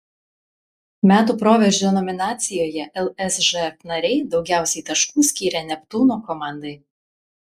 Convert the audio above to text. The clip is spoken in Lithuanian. metų proveržio nominacijoje lsžf nariai daugiausiai taškų skyrė neptūno komandai